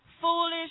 foolish